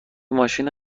ماشین